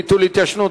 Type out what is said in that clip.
ביטול התיישנות),